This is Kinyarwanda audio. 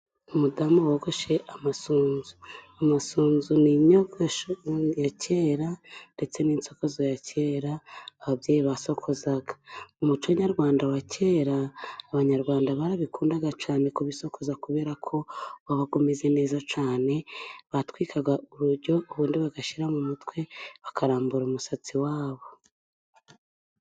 Umudamu wogoshe amasunzu, amasunzu ni inyogosho ya kera ndetse n'insokazo ya kera ababyeyi basokozaga, mu muco nyarwanda wa kera abanyarwanda barabikundaga cyane kubisokoza, kubera ko wabaga umeze neza cyane. Batwikaga urujyo, ubundi bagashyira mu mutwe bakarambura umusatsi wabo.